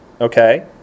Okay